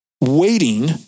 Waiting